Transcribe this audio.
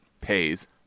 pays